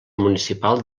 municipal